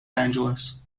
angeles